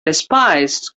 despised